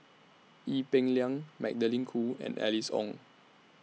Ee Peng Liang Magdalene Khoo and Alice Ong